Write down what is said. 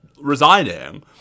resigning